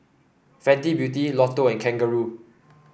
Fenty Beauty Lotto and Kangaroo